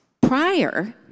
prior